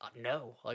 no